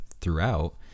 throughout